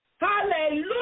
Hallelujah